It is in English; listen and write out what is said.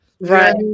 right